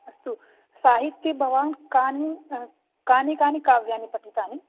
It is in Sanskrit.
अस्तु साहित्ये भवान् कानि कानि कानि काव्यानि पठितानि